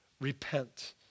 Repent